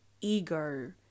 ego